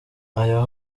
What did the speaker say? aho